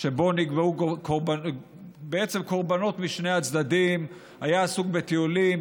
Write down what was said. שבו נגבו קורבנות משני הצדדי היה עסוק בטיולים,